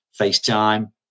FaceTime